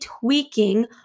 tweaking